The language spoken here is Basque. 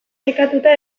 nekatuta